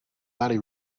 body